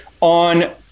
on